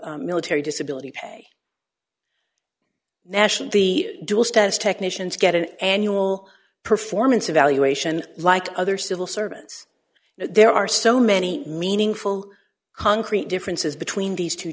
of military disability pay nationally the dual status technicians get an annual performance evaluation like other civil servants there are so many meaningful concrete differences between these two